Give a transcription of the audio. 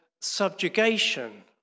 subjugation